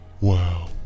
Wow